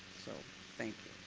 so thank